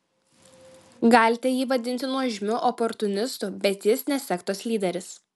galite jį vadinti nuožmiu oportunistu bet jis ne sektos lyderis